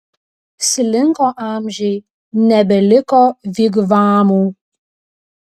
slinko amžiai nebeliko vigvamų